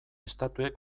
estatuek